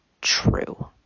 true